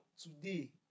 today